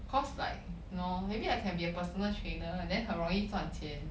because like !hannor! maybe I can be a personal trainer then 很容易赚钱